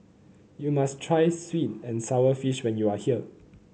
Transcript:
you must try sweet and sour fish when you are here